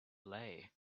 lay